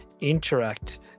interact